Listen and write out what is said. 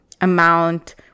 amount